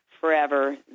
forever